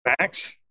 Max